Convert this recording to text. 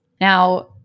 Now